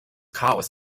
chaos